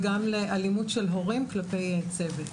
וגם לאלימות של הורים כלפי הצוות.